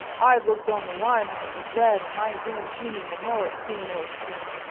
i have looked on the wine when it was red, and my dame jeanie will know it soon, oh, soon!